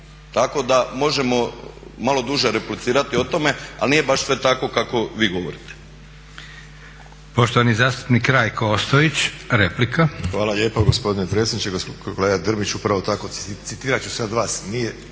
Tako da možemo malo duže replicirati o tome, ali nije baš sve tako kako vi govorite.